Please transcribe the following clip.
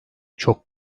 çok